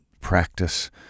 practice